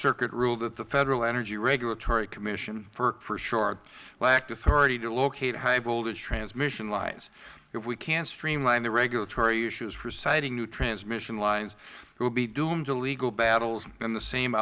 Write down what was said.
circuit ruled that the federal energy regulatory commission ferc for short lacked authority to locate high voltage transmission lines if we can't streamline the regulatory issues for siting new transmission lines we will be doomed to legal battles and the same